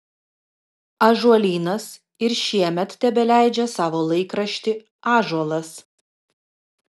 ąžuolynas ir šiemet tebeleidžia savo laikraštį ąžuolas